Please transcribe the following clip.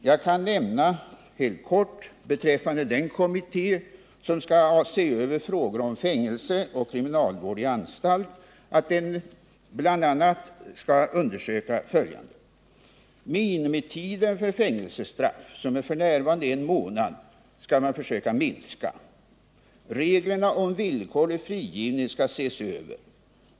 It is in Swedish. Jag kan nämna helt kort att den kommitté som skall se över frågor om fängelse och kriminalvård i anstalt bl.a. fått följande direktiv. Minimitiden för fängelsestraff — f.n. en månad — skall man försöka minska. Reglerna om villkorlig frigivning skall ses över.